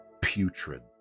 putrid